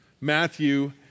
Matthew